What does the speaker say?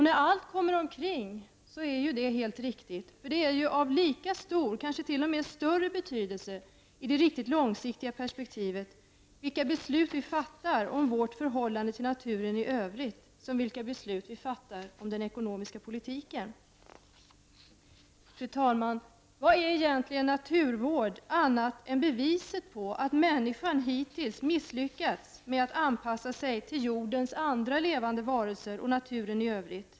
När allt kommer omkring är det helt riktigt, för beslut som vi fattar om vårt förhållande till naturen i övrigt är av lika stor, ja kanske större, betydelse i det riktigt långa perspektivet som beslut som vi fattar om den ekonomiska politiken. Fru talman! Vad är egentligen naturvård annat än ett bevis på att människan hittills har misslyckats med att anpassa sig till jordens andra levande varelser och naturen i övrigt?